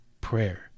Prayer